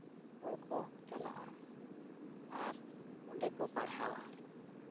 ᱦᱚᱲᱠᱚ ᱪᱟᱞᱟᱜᱼᱟ ᱟᱨ ᱚᱸᱰᱮ ᱠᱚ ᱯᱟᱲᱦᱟᱣᱟ